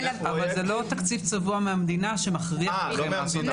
אבל זה לא תקציב צבוע מהמדינה שמכריח אתכם להפנות תקציב.